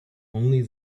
only